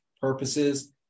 purposes